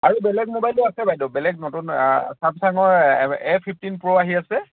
আৰু বেলেগ মোবাইলো আছে বাইদ' বেলেগ নতুন ছামছাঙৰ এ ফিফটিন প্ৰ' আহি আছে